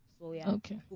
Okay